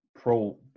pro